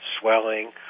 swelling